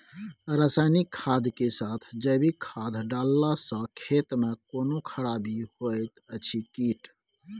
रसायनिक खाद के साथ जैविक खाद डालला सॅ खेत मे कोनो खराबी होयत अछि कीट?